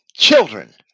children